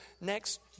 next